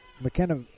McKenna